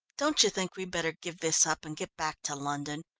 don't you think we'd better give this up and get back to london?